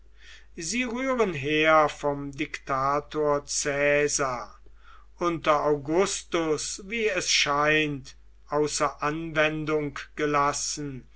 sie rühren her vom diktator caesar unter augustus wie es scheint außer anwendung gelassen